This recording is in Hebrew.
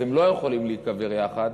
אז הם לא יכולים להיקבר יחד,